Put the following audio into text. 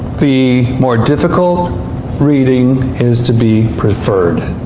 the more difficult reading is to be preferred.